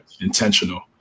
intentional